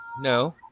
No